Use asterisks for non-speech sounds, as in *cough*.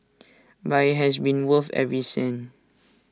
*noise* but IT has been worth every cent